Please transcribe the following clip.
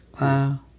Wow